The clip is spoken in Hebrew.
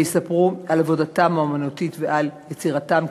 ויספרו על עבודתם האמנותית ועל יצירתם,